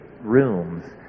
rooms